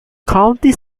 county